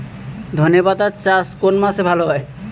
ধনেপাতার চাষ কোন মাসে ভালো হয়?